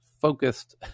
focused